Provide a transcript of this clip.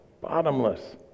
bottomless